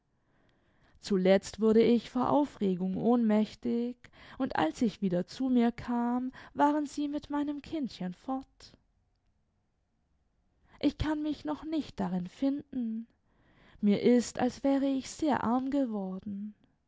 zuletzt wurde ich vor aufregung ohnmächtig und als ich wieder zu mir kam waren sie mit meinem kindchen fort ich kann mich noch nicht darin finden mir ist als wäre ich sehr arm geworden